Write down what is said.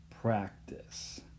practice